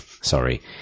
sorry